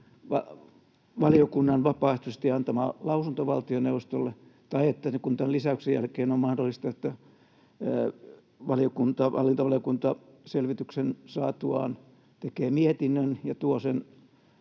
valiokunnan vapaaehtoisesti antama lausunto valtioneuvostolle vai onko niin, kuten tämän lisäyksen jälkeen on mahdollista, että hallintovaliokunta selvityksen saatuaan tekee mietinnön ja tuo sen